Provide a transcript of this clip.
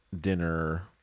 dinner